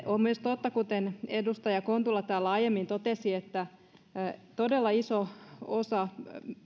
on myös totta kuten edustaja kontula täällä aiemmin totesi että todella iso osa